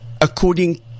according